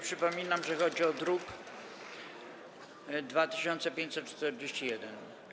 Przypominam, że chodzi o druk nr 2541.